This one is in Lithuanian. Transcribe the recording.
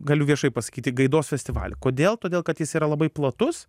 galiu viešai pasakyti gaidos festivalį kodėl todėl kad jis yra labai platus